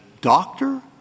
doctor